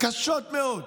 קשות מאוד.